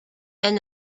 and